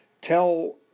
tell